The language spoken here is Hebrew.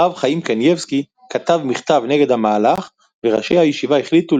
הרב חיים קניבסקי כתב מכתב נגד המהלך וראשי הישיבה החליטו